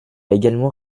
également